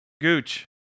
Gooch